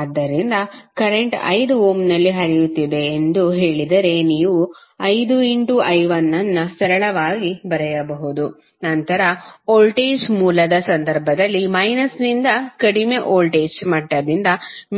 ಆದ್ದರಿಂದ ಕರೆಂಟ್ 5 ಓಮ್ನಲ್ಲಿ ಹರಿಯುತ್ತಿದೆ ಎಂದು ಹೇಳಿದರೆ ನೀವು 5I1 ಅನ್ನು ಸರಳವಾಗಿ ಬರೆಯಬಹುದು ನಂತರ ವೋಲ್ಟೇಜ್ ಮೂಲದ ಸಂದರ್ಭದಲ್ಲಿ ಮೈನಸ್ನಿಂದ ಕಡಿಮೆ ವೋಲ್ಟೇಜ್ ಮಟ್ಟದಿಂದ